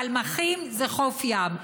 פלמחים זה חוף ים.